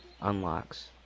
unlocks